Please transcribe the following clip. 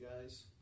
guys